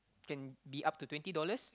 can be up to twenty dollars